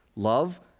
Love